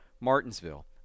Martinsville